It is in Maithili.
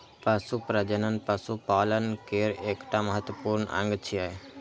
पशु प्रजनन पशुपालन केर एकटा महत्वपूर्ण अंग छियै